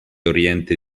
oriente